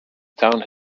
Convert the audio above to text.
town